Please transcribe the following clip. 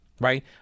right